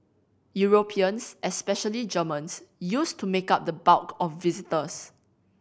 Europeans especially Germans used to make up the bulk of visitors